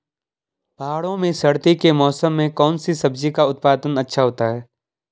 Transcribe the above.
पहाड़ों में सर्दी के मौसम में कौन सी सब्जी का उत्पादन अच्छा होता है?